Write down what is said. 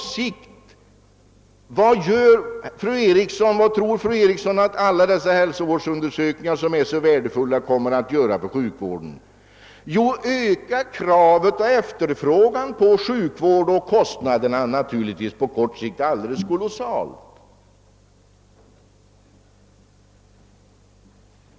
Vad tror fru Eriksson i Stockholm att alla dessa värdefulla hälsoundersökningar kommer att medföra för sjukvården? Jo, kraven och efterfrågan på sjukvård kommer på kort sikt att öka mycket starkt och därmed också kostnaderna.